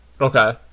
Okay